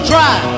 Try